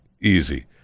Easy